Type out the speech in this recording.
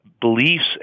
beliefs